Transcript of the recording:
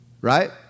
Right